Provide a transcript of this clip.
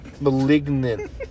Malignant